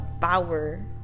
power